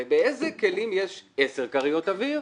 אבל באיזה כלים יש עשר כריות אוויר?